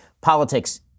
politics